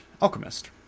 alchemist